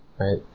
right